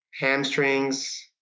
Hamstrings